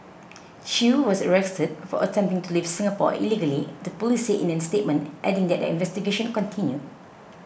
chew was arrested for attempting to leave Singapore illegally the police said in a statement adding that their investigation continued